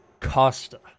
Costa